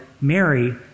Mary